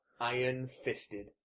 Iron-fisted